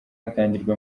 atangirwa